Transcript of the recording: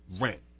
rent